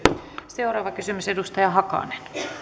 seuraava kysymys edustaja hakanen